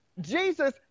jesus